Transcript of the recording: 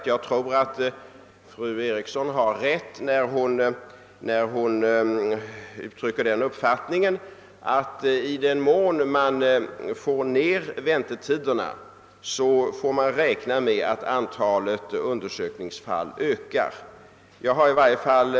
Jag tror att fru Eriksson i Stockholm har rätt när hon uttrycker den uppfattningen att man får räkna med att antalet undersökningsfall kommer att öka i den mån väntetiderna minskas.